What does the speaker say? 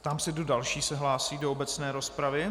Ptám se, kdo další se hlásí do obecné rozpravy.